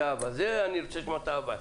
אני רוצה לשמוע את ה"אבל".